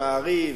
"מעריב",